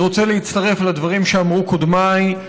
אני רוצה להצטרף לדברים שאמרו קודמיי.